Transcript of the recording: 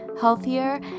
healthier